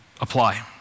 apply